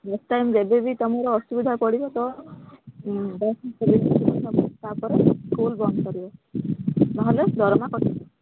next time ଯେବେ ବି ତୁମର ଅସୁବିଧା ପଡ଼ିବ ତ ତା'ପରେ ସ୍କୁଲ ବନ୍ଦ କରିବ ନହେଲେ ଦରମା କଟିଯିବ